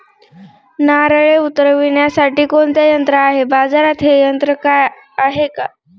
नारळे उतरविण्यासाठी कोणते यंत्र आहे? बाजारात हे यंत्र आहे का?